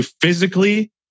physically